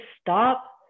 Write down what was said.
stop